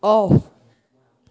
off